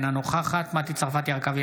אינה נוכחת מטי צרפתי הרכבי,